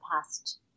past